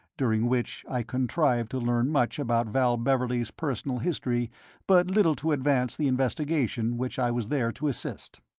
during which i contrived to learn much about val beverley's personal history but little to advance the investigation which i was there to assist.